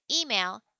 Email